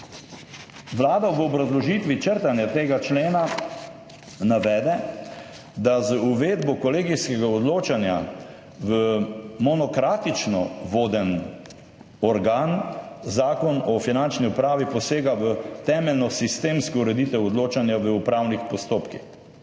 Vlada v obrazložitvi črtanja tega člena navede, da z uvedbo kolegijskega odločanja v monokratično voden organ Zakon o finančni upravi posega v temeljno sistemsko ureditev odločanja v upravnih postopkih.